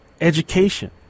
education